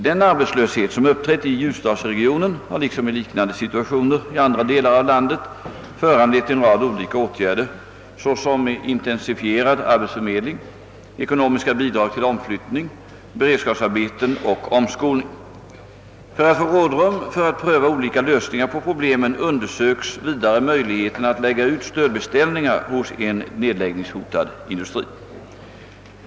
Den arbetslöshet som uppträtt i ljusdalsregionen har liksom i liknande situationer i andra delar av landet föranlett en rad olika åtgärder såsom intensifierad arbetsförmedling, ekonomiska bidrag till omflyttning, beredskapsarbeten och omskolning. För att få rådrum för att pröva olika lösningar på problemen undersöks vidare möjligheterna att lägga ut stödbeställningar hos en nedläggningshotad industri.